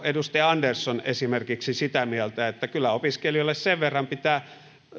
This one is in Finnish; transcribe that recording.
edustaja andersson sitä mieltä että kyllä opiskelijoille sen verran pitää